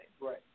Right